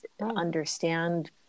understand